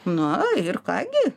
na ir ką gi